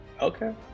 okay